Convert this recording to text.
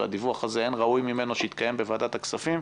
והדיווח הזה אין ראוי ממנו שיתקיים בוועדת הכספים.